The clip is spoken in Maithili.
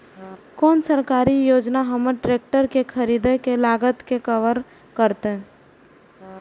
कोन सरकारी योजना हमर ट्रेकटर के खरीदय के लागत के कवर करतय?